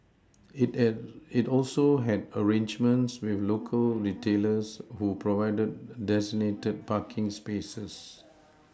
it an it also had arrangements with local retailers who provided designated parking spaces